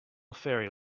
ferry